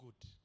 good